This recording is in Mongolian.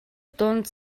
дунд